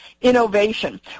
Innovation